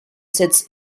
sits